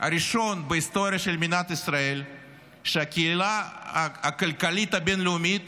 הראשון בהיסטוריה של מדינת ישראל שהקהילה הכלכלית הבין-לאומית